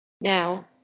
Now